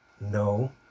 No